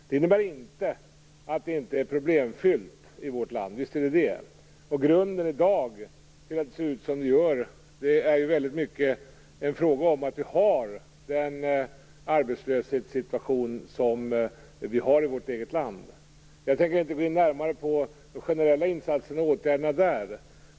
Det innebär inte att det inte är problemfyllt i vårt land, visst är det det. Grunden till att det ser ut som det gör i dag är i väldigt mycket den arbetslöshetssituation som vi har i vårt eget land. Jag tänker inte gå närmare in på de generella åtgärderna och insatserna där.